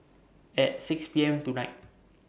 At six P M tonight